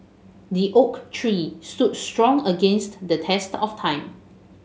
the oak tree stood strong against the test of time